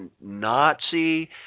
Nazi